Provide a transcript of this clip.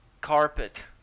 carpet